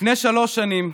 לפני שלוש שנים,